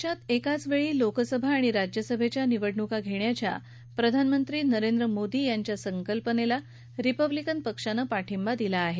देशात एकाचवेळी लोकसभा आणि विधानसभेच्या निवडणुका घेण्याच्या प्रधानमंत्री नरेंद्र मोदी यांच्या संकल्पनेला रिपब्लिकन पक्षानं पाठिंबा दिला आहे